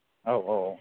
औ औ औ